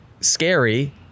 scary